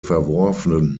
verworfen